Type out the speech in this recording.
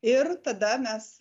ir tada mes